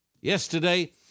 yesterday